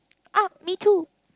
ah me too